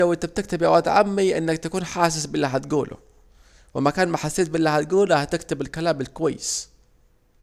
المهم وانت بتكتب يا واد عمي انك تكون حاسس بالي هتجوله، ومكان ما حسيت هتكتب الكلام الكويس